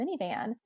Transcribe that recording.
minivan